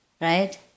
Right